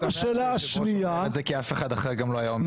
אני שמח שהיושב ראש אומר את זה כי אף אחד אחר גם לא היה אומר את זה.